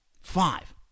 Five